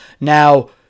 Now